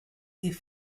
sie